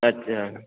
अच्छा